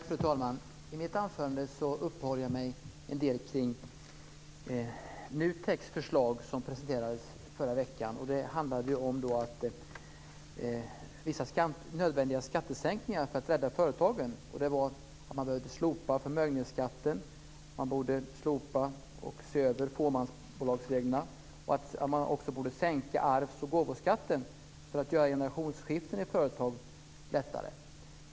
Fru talman! I mitt anförande uppehöll jag mig en del kring NUTEK:s förslag som presenterades förra veckan. Det handlade om vissa nödvändiga skattesänkningar för att rädda företagen. Det handlade om att man borde slopa förmögenhetsskatten. Man borde se över fåmansbolagsreglerna. Man borde också sänka arvs och gåvoskatten för att göra generationsskiften i företag lättare.